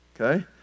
Okay